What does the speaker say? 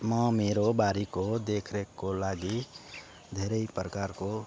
म मेरो बारीको देखरेखकोलागि धेरै प्रकारको